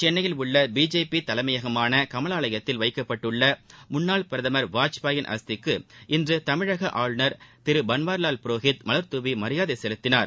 சென்னையில் உள்ள பிஜேபி தலைமையகமான கமலாலயத்தில் வைக்கப்பட்டுள்ள முன்னாள் பிரதமர் பாரத ரத்னா அடல் பிகாரி வாஜ்பாயின் அஸ்திக்கு இன்று தமிழக ஆளுநர் திரு பள்வாரிலால் புரோஹித் மலர்துவி மரியாதை செலுத்தினார்